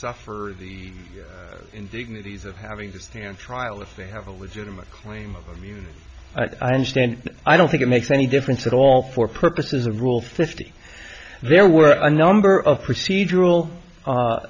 suffer the indignities of having to stand trial if they have a legitimate claim of you understand i don't think it makes any difference at all for purposes of rule fifty there were a number of procedural